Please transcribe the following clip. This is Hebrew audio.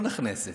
לא נכנסת.